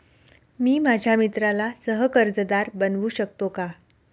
मी माझ्या मित्राला सह कर्जदार बनवू शकतो का?